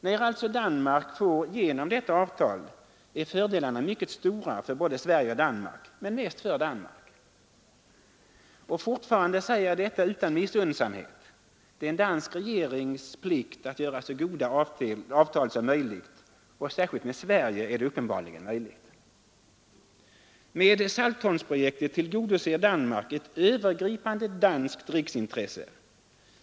När alltså Danmark får igenom detta avtal är fördelarna mycket stora för både Danmark och Sverige, men mest för Danmark. Och fortfarande: säger jag detta utan missunnsamhet — det är en dansk regerings plikt att göra så goda avtal som möjligt, och särskilt med Sverige är det uppenbarligen möjligt. Med Saltholmsprojektet tillgodoser Danmark ett övergripande danskt riksintresse.